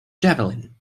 javelin